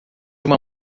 uma